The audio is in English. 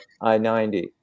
I-90